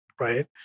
right